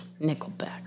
Nickelback